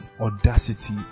audacity